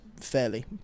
fairly